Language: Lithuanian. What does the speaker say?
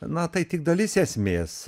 na tai tik dalis esmės